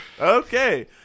Okay